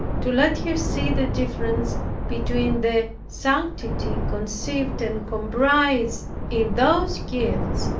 to let her see the difference between the sanctity conceived and comprised in those gifts,